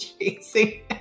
chasing